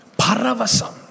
Paravasam